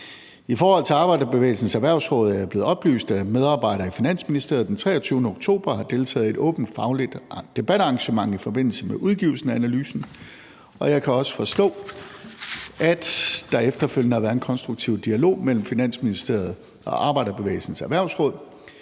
I forhold til Arbejderbevægelsens Erhvervsråd er jeg blevet oplyst, at medarbejdere i Finansministeriet den 23. oktober har deltaget i et åbent fagligt debatarrangement i forbindelse med udgivelsen af analysen, og jeg kan også forstå, at der efterfølgende har været en konstruktiv dialog mellem Finansministeriet og Arbejderbevægelsens Erhvervsråd.